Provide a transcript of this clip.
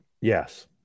Yes